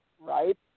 right